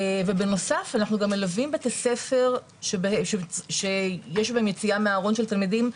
ובנוסף אנחנו גם מלווים בתי ספר שיש בהם יציאה מהארון של תלמידים,